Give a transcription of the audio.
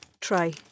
try